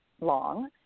long